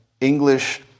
English